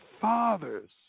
fathers